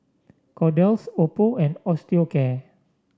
Kordel's Oppo and Osteocare